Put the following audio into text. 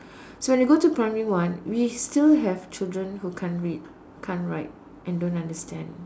so they go to primary one we still have children who can't read can't write and don't understand